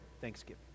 thanksgiving